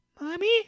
Mommy